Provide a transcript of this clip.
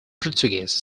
portuguese